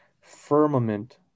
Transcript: Firmament